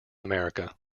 america